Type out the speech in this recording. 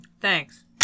Thanks